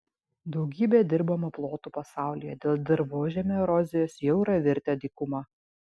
daugybė dirbamų plotų pasaulyje dėl dirvožemio erozijos jau yra virtę dykuma